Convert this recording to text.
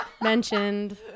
mentioned